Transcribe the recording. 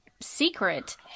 Secret